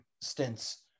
stints